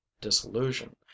disillusion